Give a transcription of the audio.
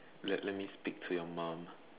let let me speak to your mom